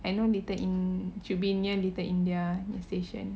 I know little in~ should be near little india punya station